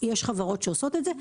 יש חברות שעושות את זה.